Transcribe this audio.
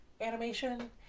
animation